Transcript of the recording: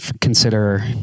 consider